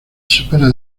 supera